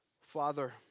Father